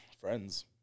friends